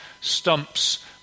stumps